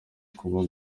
kuba